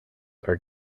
are